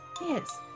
Yes